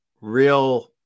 real